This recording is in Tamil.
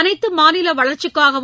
அனைத்து மாநில வளர்ச்சிக்காகவும்